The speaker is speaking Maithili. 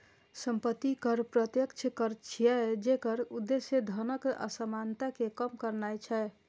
संपत्ति कर प्रत्यक्ष कर छियै, जेकर उद्देश्य धनक असमानता कें कम करनाय छै